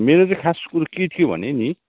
मेरो चाहिँ खास कुरो के थियो भने नि